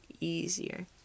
easier